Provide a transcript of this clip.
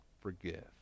forgive